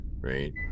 right